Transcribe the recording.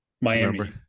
Miami